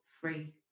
free